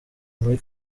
muri